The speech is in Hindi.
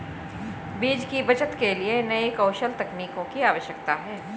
बीज की बचत के लिए नए कौशल तकनीकों की आवश्यकता है